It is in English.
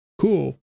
Cool